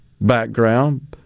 background